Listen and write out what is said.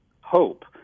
hope